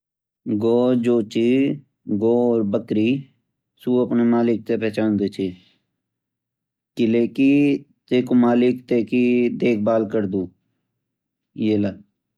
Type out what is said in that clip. गों और बकरी सू अपने मालिक ते पहचान दे ची किलेकी त्वेक मालिक ते की देखभाल करदू